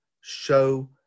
show